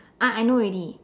ah I know already